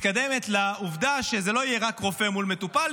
מתקדמת לעובדה שזה לא יהיה רק רופא מול מטופל,